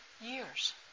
years